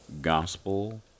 Gospel